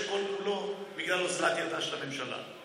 שכל-כולו בגלל אוזלת ידה של הממשלה.